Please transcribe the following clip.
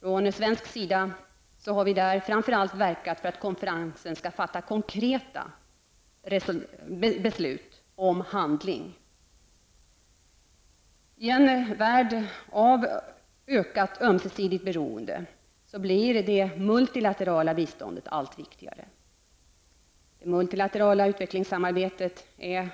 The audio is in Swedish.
Från svensk sida har vi framför allt verkat för att konferensen skall kunna fatta konkreta beslut om handling. I en värld av ökat ömsesidigt beroende blir det multilaterala biståndet allt viktigare. Det multilaterala utvecklingssamarbetet är